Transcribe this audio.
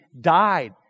died